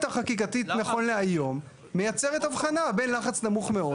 החקיקתית נכון להיום מייצרת הבחנה בין לחץ נמוך מאוד